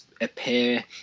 appear